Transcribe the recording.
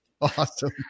awesome